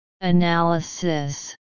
Analysis